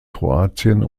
kroatien